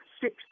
six